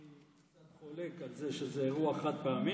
אני קצת חולק על זה שזה אירוע חד-פעמי.